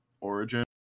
Origin